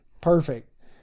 perfect